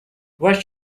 what